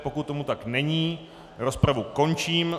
Pokud tomu tak není, rozpravu končím.